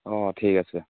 অঁ ঠিক আছে